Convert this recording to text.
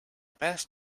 best